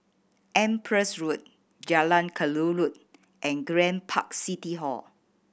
Empress Road Jalan Kelulut and Grand Park City Hall